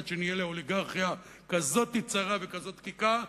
עד שנהיה לאוליגרכיה כזו צרה וכזו דקיקה.